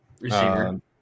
Receiver